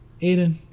Aiden